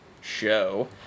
show